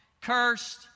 cursed